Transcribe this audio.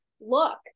look